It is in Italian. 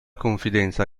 confidenza